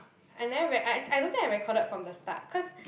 I never re~ I don't think I recorded from the start cause